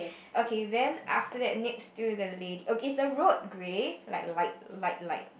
okay then after that next to the lady oh is the road grey like light light light